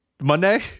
monday